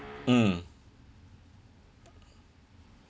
mm